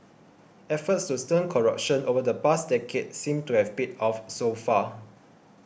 efforts to stem corruption over the past decade seem to have paid off so far